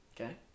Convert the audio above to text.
Okay